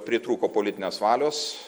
pritrūko politinės valios